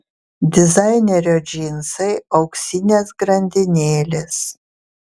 dizainerio džinsai auksinės grandinėlės